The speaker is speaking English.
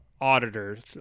auditors